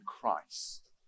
Christ